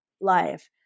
life